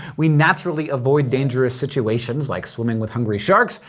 we naturally avoid dangerous situations like swimming with hungry sharks,